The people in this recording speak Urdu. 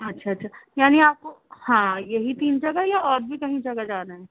اچھا اچھا یعنی آپ کو ہاں یہی تین جگہ یا اور بھی کہیں جگہ جانا ہے